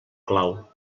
clau